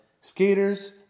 skaters